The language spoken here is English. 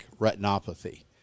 retinopathy